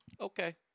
Okay